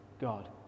God